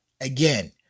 Again